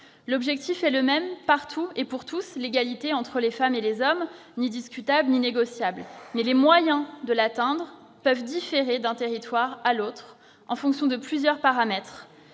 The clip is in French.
L'objectif est le même partout et pour tous : l'égalité entre les femmes et les hommes, ni discutable ni négociable. Toutefois, les moyens mis en oeuvre pour atteindre cet objectif peuvent différer d'un territoire à l'autre, en fonction de plusieurs paramètres